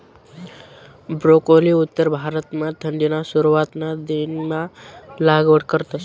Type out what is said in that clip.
broccoli उत्तर भारतमा थंडीना सुरवातना दिनमा लागवड करतस